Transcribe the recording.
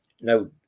Now